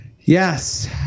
Yes